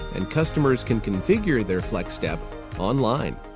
and customers can configure their flexstep online.